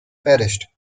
perished